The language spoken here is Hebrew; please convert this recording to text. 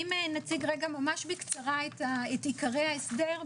אם נציג רגע ממש בקצרה את עיקרי ההסדר,